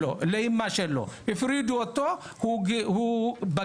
לאמא שלו, הפרידו אותו, הוא בגיר,